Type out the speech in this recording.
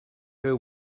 her